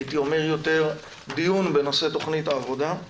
הייתי אומר יותר דיון בנושא תוכנית העבודה.